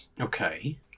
Okay